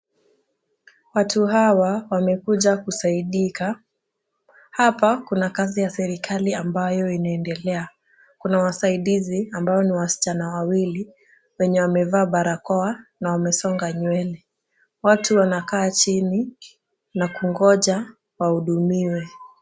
Watu hawa wamekuja kusaidika. Hapa, kuna kazi ya serikali ambayo inaendelea. Kuna wasaidizi ambao ni wasichana wawili, wenye wamevaa barakoa na wamesonga nywele. Watu wanakaa chini na kungoja wahudumiwe.